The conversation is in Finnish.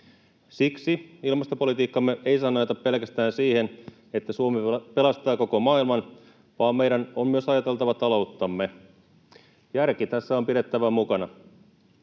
Siksi ilmastopolitiikkamme ei saa nojata pelkästään siihen, että Suomi pelastaa koko maailman, vaan meidän on myös ajateltava talouttamme. Järki tässä on pidettävä mukana.